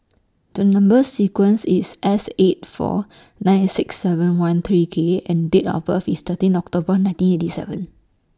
The Number sequence IS S eight four nine six seven one three K and Date of birth IS thirteen October nineteen eighty seven